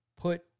put